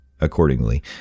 accordingly